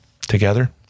together